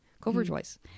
coverage-wise